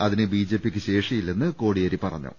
അതിന് ബിജെപിക്ക് ശേഷിയില്ലെന്ന് കോടിയേരി പറഞ്ഞു